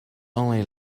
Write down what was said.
only